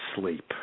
sleep